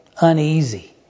uneasy